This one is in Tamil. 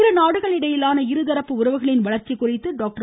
இருநாடுகள் இடையிலான இருதரப்பு உறவுகளின் வளர்ச்சி குறித்து டாக்டர்